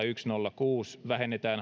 yksi nolla kuusi vähennetään